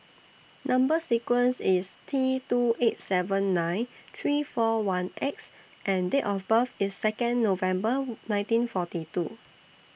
Number sequence IS T two eight seven nine three four one X and Date of birth IS Second November nineteen forty two